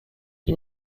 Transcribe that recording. die